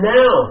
now